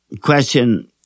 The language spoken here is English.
question